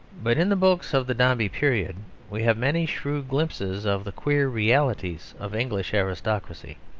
but in the books of the dombey period we have many shrewd glimpses of the queer realities of english aristocracy.